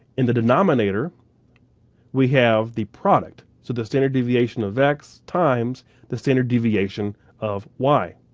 in the denominator we have the product. so the standard deviation of x times the standard deviation of y.